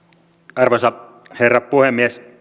arvoisa herra puhemies